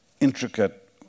intricate